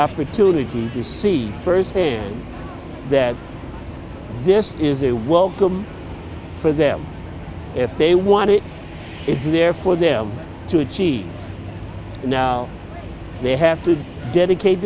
opportunity to see firsthand that this is a welcome for them if they want it it's there for them to achieve and they have to dedicate